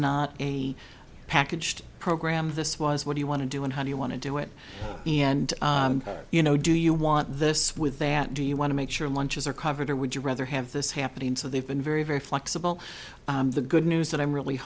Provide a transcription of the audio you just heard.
not a packaged program this was what do you want to do one hundred want to do it and you know do you want this with that do you want to make sure lunches are covered or would you rather have this happen and so they've been very very flexible the good news that i'm really